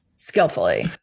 skillfully